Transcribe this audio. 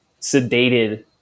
sedated